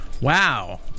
wow